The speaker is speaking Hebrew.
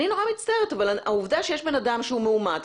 אני נורא מצטערת אבל העובדה שיש בן אדם שהוא מאומת,